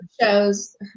shows